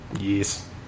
Yes